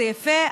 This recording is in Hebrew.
זה יפה,